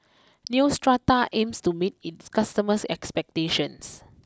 Neostrata aims to meet it customers expectations